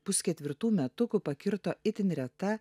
pusketvirtų metukų pakirto itin reta